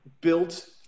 built